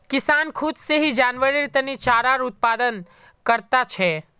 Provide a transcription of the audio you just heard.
किसान खुद से ही जानवरेर तने चारार उत्पादन करता छे